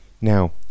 Now